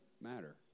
matter